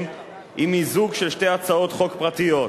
היא מיזוג של שתי הצעות חוק פרטיות,